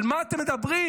על מה אתם מדברים?